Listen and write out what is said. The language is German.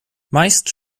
meistens